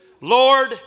Lord